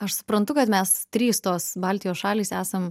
aš suprantu kad mes trys tos baltijos šalys esam